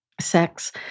sex